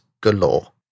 galore